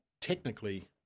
technically